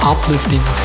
Uplifting